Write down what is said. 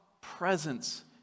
presence